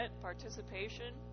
participation